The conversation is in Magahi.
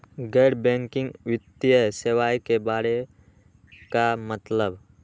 गैर बैंकिंग वित्तीय सेवाए के बारे का मतलब?